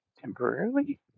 temporarily